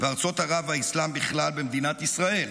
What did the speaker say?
וארצות ערב והאסלאם בכלל במדינת ישראל,